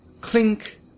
clink